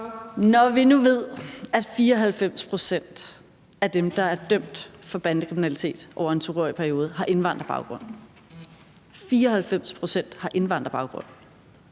Når vi nu ved, at 94 pct. af dem, der er dømt for bandekriminalitet over en 2-årig periode, har indvandrerbaggrund – 94 pct. har indvandrerbaggrund